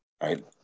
right